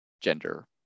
gender